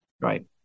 right